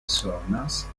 sonas